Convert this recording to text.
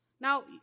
Now